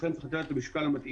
לכן יש לתת לה את המשקל המתאים.